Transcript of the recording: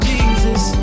Jesus